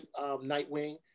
Nightwing